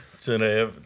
Today